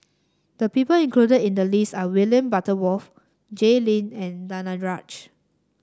the people included in the list are William Butterworth Jay Lim and Danaraj